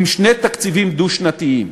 עם שני תקציבים דו-שנתיים.